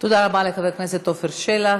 תודה רבה לחבר הכנסת עפר שלח.